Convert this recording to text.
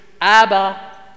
Abba